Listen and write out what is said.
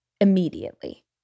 immediately